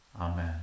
Amen